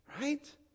Right